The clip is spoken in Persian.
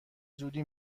زودی